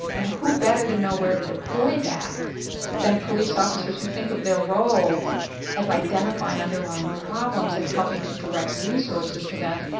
and who better to know where to deploy that than police officers who think of their role as identifying underlying problems and helping to direct resources to them?